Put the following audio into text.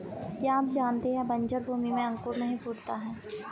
क्या आप जानते है बन्जर भूमि में अंकुर नहीं फूटता है?